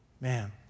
Man